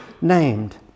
named